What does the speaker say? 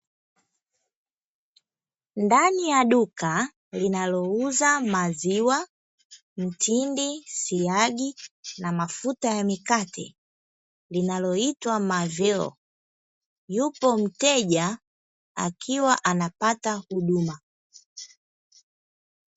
Ndani ya duka linalouza maziwa, mtindi, siagi na mafuta ya mikate linaloitwa "Marvel" yupo mteja akiwa anapata huduma.